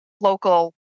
local